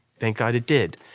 thank god it did.